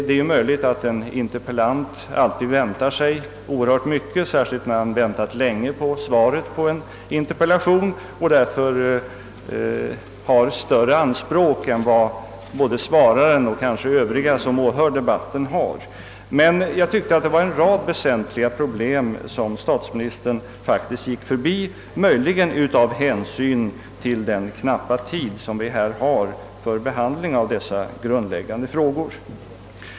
Det är ju möjligt att en interpellant alltid väntar sig oerhört mycket, särskilt när han väntat länge på svaret på en interpellation, och därför har större anspråk än vad både svararen och kanske de som åhör debatten har. Jag tyckte det var en rad väsentliga problem som statsministern faktiskt gick förbi — möjligen av hänsyn till den knappa tid som vi har för behandling av dessa grundläggande frågor.